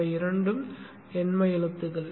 அவை இரண்டும் எண்ம எழுத்துகள்